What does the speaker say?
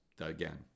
again